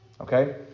Okay